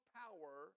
power